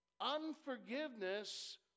Unforgiveness